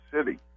city